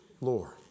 Lord